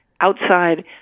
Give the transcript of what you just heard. Outside